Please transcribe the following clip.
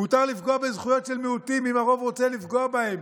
מותר לפגוע בזכויות של מיעוטים אם הרוב רוצה לפגוע בהן,